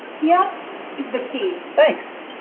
here is the key. thanks.